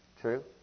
True